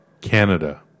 Canada